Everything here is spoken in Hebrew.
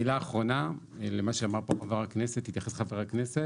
מילה אחרונה למה שהתייחס חבר הכנסת.